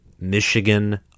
Michigan